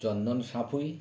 Chandan Sanpui